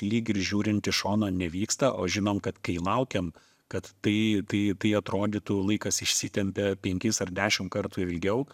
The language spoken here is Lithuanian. lyg ir žiūrint į šoną nevyksta o žinom kad kai laukiam kad tai tai atrodytų laikas išsitempia penkis ar dešim kartų ilgiau